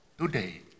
today